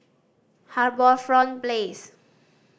HarbourFront Place